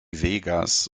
vegas